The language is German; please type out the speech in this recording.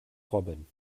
robin